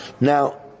Now